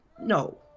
No